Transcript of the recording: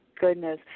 goodness